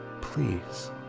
please